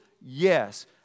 yes